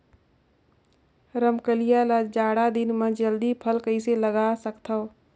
रमकलिया ल जाड़ा दिन म जल्दी फल कइसे लगा सकथव?